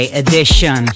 edition